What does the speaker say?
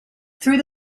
through